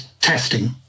testing